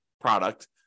product